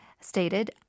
stated